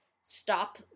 stop